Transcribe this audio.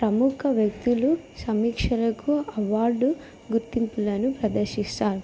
ప్రముఖ వ్యక్తులు సమీక్షలకు అవార్డు గుర్తింపులను ప్రదర్శిస్తారు